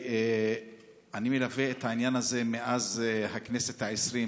אני מלווה את העניין הזה מאז הכנסת העשרים,